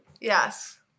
Yes